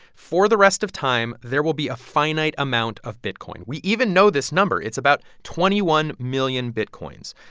for the rest of time, there will be a finite amount of bitcoin. we even know this number. it's about twenty one million bitcoins.